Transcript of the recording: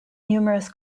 numerous